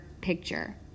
picture